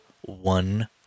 one